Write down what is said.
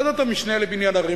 ועדות המשנה לבניין ערים,